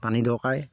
পানী দৰকাৰেই